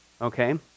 okay